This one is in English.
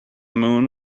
moon